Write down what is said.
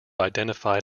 identified